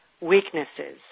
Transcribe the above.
weaknesses